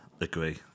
agree